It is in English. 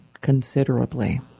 considerably